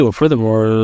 Furthermore